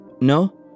no